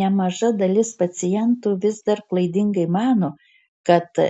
nemaža dalis pacientų vis dar klaidingai mano kad